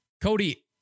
Cody